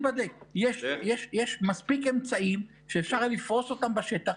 החולים הנדרשות כדי שאפשר יהיה לעמוד בדברים.